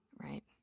Right